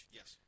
Yes